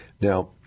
Now